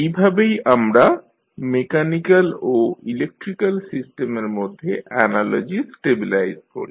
এভাবেই আমরা মেকানিক্যাল ও ইলেক্ট্রিক্যাল সিস্টেমের মধ্যে অ্যানালজি স্টেবিলাইজ করি